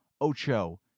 Ocho